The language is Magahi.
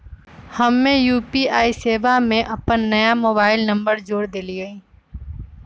हम्मे यू.पी.आई सेवा में अपन नया मोबाइल नंबर जोड़ देलीयी